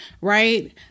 right